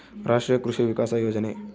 ರಾಷ್ಟ್ರೀಯ ಕೃಷಿ ವಿಕಾಸ ಯೋಜನೆ